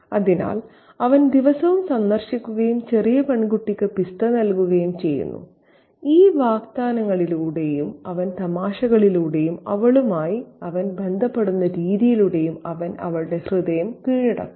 അതിനാൽ അവൻ ദിവസവും സന്ദർശിക്കുകയും ചെറിയ പെൺകുട്ടിക്ക് പിസ്ത നൽകുകയും ചെയ്യുന്നു ഈ വാഗ്ദാനങ്ങളിലൂടെയും അവന്റെ തമാശകളിലൂടെയും അവളുമായി അവൻ ബന്ധപ്പെടുന്ന രീതിയിലൂടെയും അവൻ അവളുടെ ഹൃദയം കീഴടക്കുന്നു